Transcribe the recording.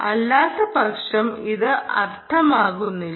അല്ലാത്തപക്ഷം ഇത് അർത്ഥമാക്കുന്നില്ല